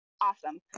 Awesome